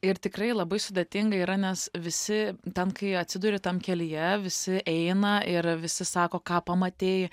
ir tikrai labai sudėtinga yra nes visi ten kai atsiduri tam kelyje visi eina ir visi sako ką pamatei